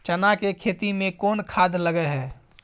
चना के खेती में कोन खाद लगे हैं?